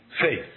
faith